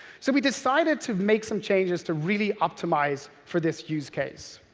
so we decided to make some changes to really optimize for this use case.